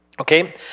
Okay